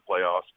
playoffs